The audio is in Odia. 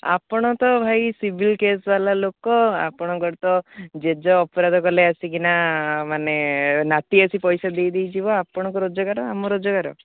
ଆପଣ ତ ଭାଇ ସିଭିଲ୍ କେସ୍ବାଲା ଲୋକ ଆପଣଙ୍କର ତ ଜେଜେ ଅପରାଧ କଲେ ଆସି କିନା ମାନେ ନାତି ଆସି ପଇସା ଦେଇ ଦେଇ ଯିବ ଆପଣଙ୍କର ରୋଜଗାର ଆମ ରୋଜଗାର